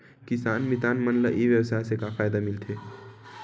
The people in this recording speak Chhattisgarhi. किसान मितान मन ला ई व्यवसाय से का फ़ायदा मिल सकथे?